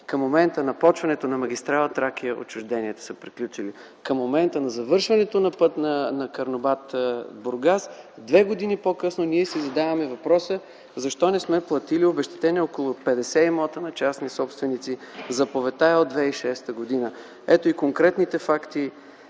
Към момента на започване на магистрала „Тракия” отчужденията са приключили. Към момента на завършването на Карнобат-Бургас, две години по-късно, ние си задаваме въпроса защо не сме платили обезщетение около 50 имота на частни собственици. Заповедта е от 2006 г. Ето и конкретните факти: